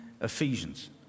Ephesians